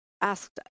asked